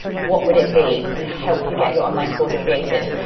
what would it be to help you get your online course created,